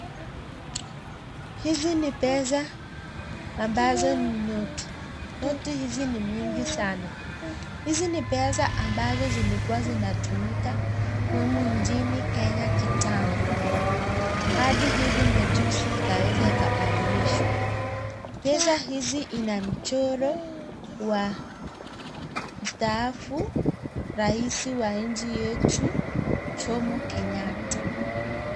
Hizi ni pesa ambazo ni noti, noti hizi ni mingi sana. Hizi ni pesa ambazo zilikuwa zinatumika humu nchini kenya kitambo, hadi hivi majuzi ikaweza ikabadilishwa. Pesa hizi inamchoro wa mstaafu raisi wa nchi yetu wetu Jomo Kenyatta.